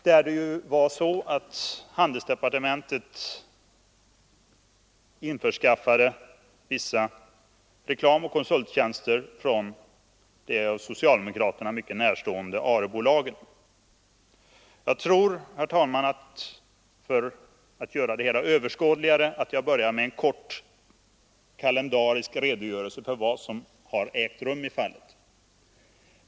Där var det så att handelsdepartementet införskaffade vissa reklamoch konsulttjänster från det socialdemokraterna mycket närstående ARE-bolagen. För att göra det hela överskådligt skall jag börja med en kort kalendarisk redogörelse för vad som har ägt rum i fallet.